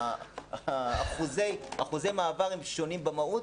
על אחוזי המעבר שהם שונים במהות.